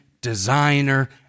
designer